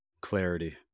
Clarity